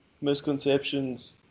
misconceptions